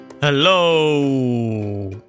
Hello